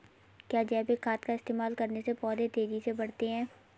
क्या जैविक खाद का इस्तेमाल करने से पौधे तेजी से बढ़ते हैं?